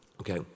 okay